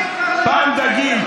פעם דגים,